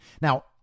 Now